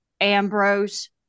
Ambrose